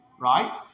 right